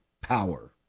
power